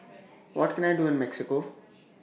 What Can I Do in Mexico